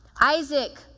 Isaac